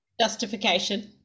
Justification